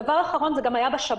דבר אחרון אגב, זה גם היה בשב"כ